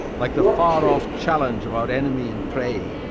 like the far-off challenge of our enemy and prey,